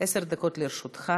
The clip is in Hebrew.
עשר דקות לרשותך.